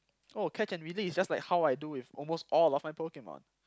oh catch and release just like how I do with almost all of my Pokemon